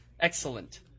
Excellent